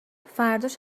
فرداش